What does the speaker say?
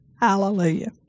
Hallelujah